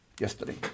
yesterday